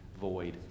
void